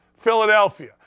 Philadelphia